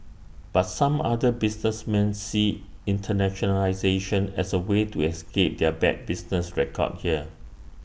but some other businessmen see internationalisation as A way to escape their bad business record here